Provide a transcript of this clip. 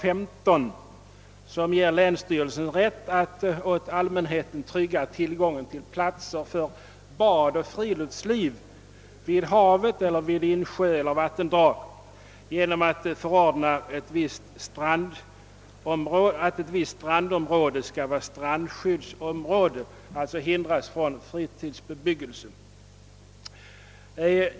Denna paragraf ger åt länsstyrelsen rätt att åt allmänheten trygga tillgången till platser för bad och friluftsliv vid havet, vid insjöar eller vattendrag genom att förordna om att ett visst strandområde skall vara skyddat, d.v.s. att fritidsbebyggelse ej får ske där.